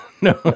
no